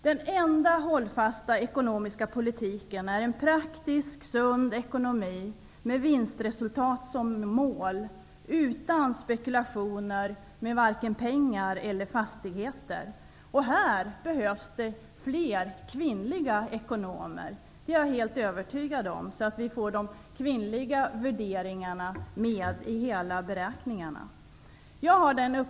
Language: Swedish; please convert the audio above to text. Den enda hållfasta ekonomiska politiken är en praktisk, sund ekonomi med vinstresultat som mål och utan spekulationer med vare sig pengar eller fastigheter. Här behövs det fler kvinnliga ekonomer -- det är jag helt övertygad om -- så att vi får de kvinnliga värderingarna med i beräkningarna från början.